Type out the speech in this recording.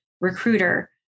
recruiter